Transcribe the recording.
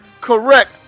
Correct